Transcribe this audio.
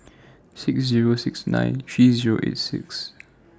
six Zero six nine three Zero eight six